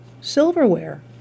silverware